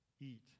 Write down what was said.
eat